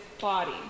body